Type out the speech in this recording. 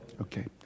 Okay